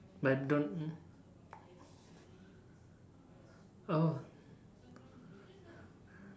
but don't oh